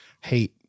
hate